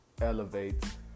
elevate